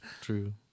true